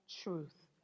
truth